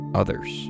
others